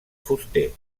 fuster